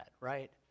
right